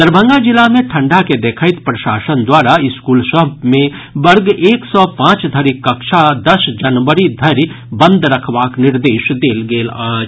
दरभंगा जिला मे ठंडा के देखैत प्रशासन द्वारा स्कूल सभ मे वर्ग एक सँ पांच धरिक कक्षा दस जनवरी धरि बंद रखबाक निर्देश देल गेल अछि